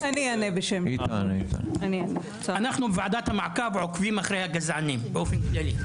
אני אענה -- אנחנו בוועדת המעקב עוקבים אחרי הגזענים באופן כללי.